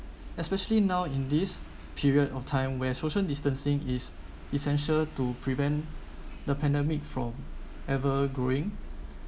especially now in this period of time where social distancing is essential to prevent the pandemic from ever growing